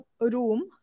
room